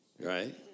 Right